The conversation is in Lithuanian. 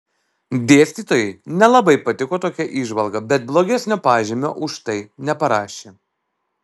dėstytojai nelabai patiko tokia įžvalga bet blogesnio pažymio už tai neparašė